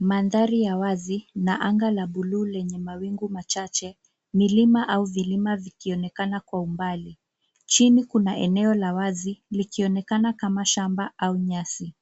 Mandhari ya wazi na anga la buluu lenye mawingu machache, milima au vilima vikionekana kwa umbali. Chini kuna eneo la wazi likionekana kama shamba au nyasi.